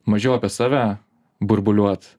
mažiau apie save burbuliuot